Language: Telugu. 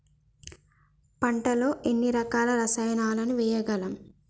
పంటలలో ఎన్ని రకాల రసాయనాలను వేయగలము?